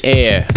air